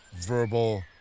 verbal